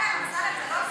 אמסלם, אמסלם,